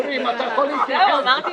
אל תדאגי, הם יביאו חוק.